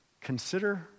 consider